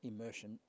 immersion